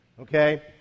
okay